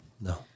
No